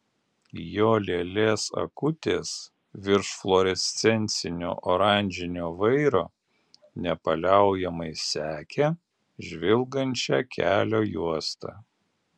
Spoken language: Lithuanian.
jo lėlės akutės virš fluorescencinio oranžinio vairo nepaliaujamai sekė žvilgančią kelio juostą